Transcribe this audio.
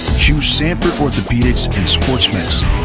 choose sanford orthopedics and sports medicine.